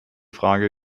frage